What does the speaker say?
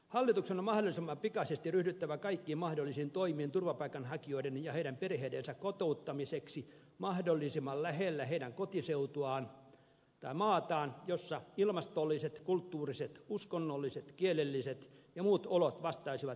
hallituksen on mahdollisimman pikaisesti ryhdyttävä kaikkiin mahdollisiin toimiin turvapaikanhakijoiden ja heidän perheidensä kotouttamiseksi mahdollisimman lähellä heidän kotiseutuaan tai maataan missä ilmastolliset kulttuuriset uskonnolliset kielelliset ja muut olot vastaisivat lähtömaan olosuhteita